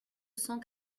cent